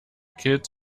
kit